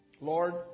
Lord